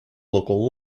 local